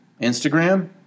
Instagram